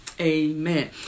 amen